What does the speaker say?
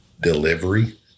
delivery